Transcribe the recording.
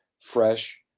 fresh